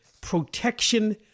Protection